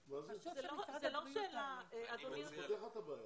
זה לא שאלה, אדוני --- אני פותר לך את הבעיה,